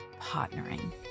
partnering